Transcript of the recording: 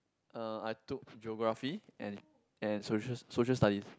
uh I took Geography and and social Social Studies